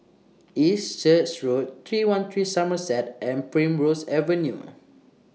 East Church Road three one three Somerset and Primrose Avenue